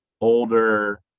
older